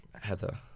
Heather